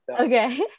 Okay